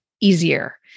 easier